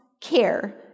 care